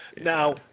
Now